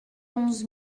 onze